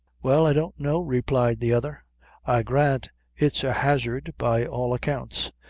well, i don't know, replied the other i grant it's a hazard, by all accounts.